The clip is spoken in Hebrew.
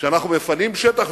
שאנחנו מפנים שטח,